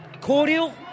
cordial